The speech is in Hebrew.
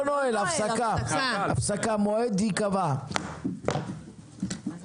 אני לא נועל את הדיון, מועד ייקבע, הפסקה.